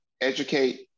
educate